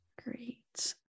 Great